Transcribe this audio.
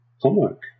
homework